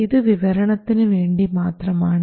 ഇത് വിവരണത്തിന് വേണ്ടി മാത്രമാണ്